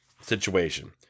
situation